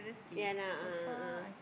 ya lah a'ah a'ah